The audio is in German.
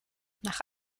nach